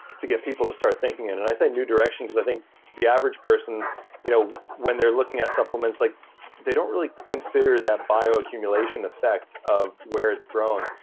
to get people to start thinking and, and i say new direction cause i think the average person you know when they're looking at supplements like they don't really consider that bioaccumulation effect of where it's grown.